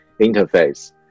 interface